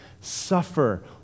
suffer